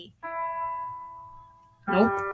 Nope